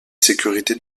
sécurité